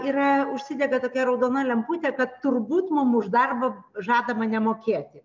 yra užsidega tokia raudona lemputė kad turbūt mum už darbą žadama nemokėti